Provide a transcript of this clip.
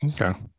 Okay